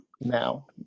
now